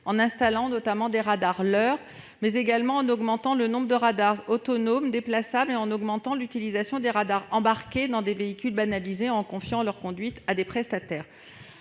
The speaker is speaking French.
en installant notamment des radars " leurres ", mais également en augmentant le nombre de radars autonomes déplaçables et en augmentant l'utilisation des radars embarqués dans des véhicules banalisés en confiant leur conduite à des prestataires